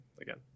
again